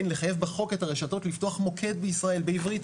לחייב בחוק את הרשתות לפתוח מוקד בישראל בעברית,